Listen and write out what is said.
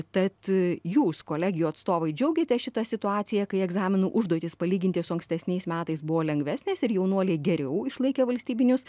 tad e jūs kolegijų atstovai džiaugiatės šita situacija kai egzaminų užduotys palyginti su ankstesniais metais buvo lengvesnės ir jaunuoliai geriau išlaikė valstybinius